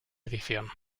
edición